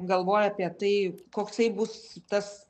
galvoja apie tai koksai bus tas